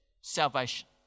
salvation